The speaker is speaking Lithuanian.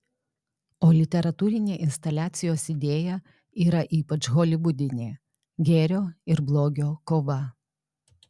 o literatūrinė instaliacijos idėja yra ypač holivudinė gėrio ir blogio kova